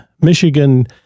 Michigan